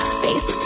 face